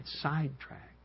sidetracked